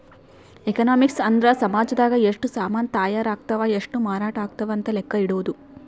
economics ಅಂದ್ರ ಸಾಮಜದಾಗ ಎಷ್ಟ ಸಾಮನ್ ತಾಯರ್ ಅಗ್ತವ್ ಎಷ್ಟ ಮಾರಾಟ ಅಗ್ತವ್ ಅಂತ ಲೆಕ್ಕ ಇಡೊದು